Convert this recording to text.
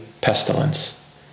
pestilence